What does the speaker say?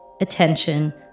attention